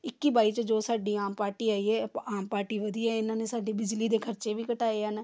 ਇੱਕੀ ਬਾਈ 'ਚ ਜੋ ਸਾਡੀ ਆਮ ਪਾਰਟੀ ਆਈ ਹੈ ਆਮ ਪਾਰਟੀ ਵਧੀਆ ਇਹਨਾਂ ਨੇ ਸਾਡੇ ਬਿਜਲੀ ਦੇ ਖਰਚੇ ਵੀ ਘਟਾਏ ਹਨ